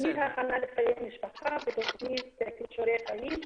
התוכנית הכנה לחיי משפחה ותוכנית כישורי חיים.